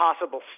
impossible